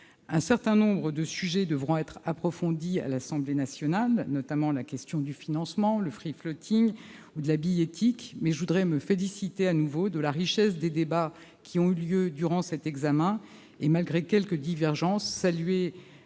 Un certain nombre de sujets devront être approfondis à l'Assemblée nationale, notamment la question du financement, du ou de la billettique, mais je voudrais me féliciter de nouveau de la richesse des débats qui ont eu lieu durant cet examen et, malgré quelques divergences, saluer